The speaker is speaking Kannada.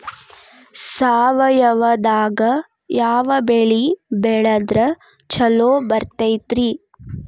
ಸಾವಯವದಾಗಾ ಯಾವ ಬೆಳಿ ಬೆಳದ್ರ ಛಲೋ ಬರ್ತೈತ್ರಿ?